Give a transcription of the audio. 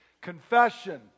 Confession